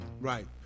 right